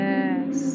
Yes